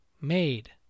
made